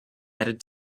added